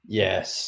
yes